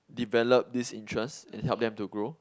develop this interest and help them to grow